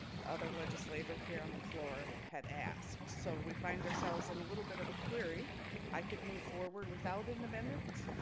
the other legislature here on the floor had asked, so we find ourselves in a little bit of a query i could move forward without an amendment